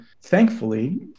thankfully